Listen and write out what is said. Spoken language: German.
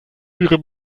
ihrem